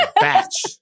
Batch